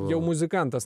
jau muzikantas